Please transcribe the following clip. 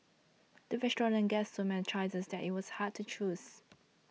the restaurant gave so many choices that it was hard to choose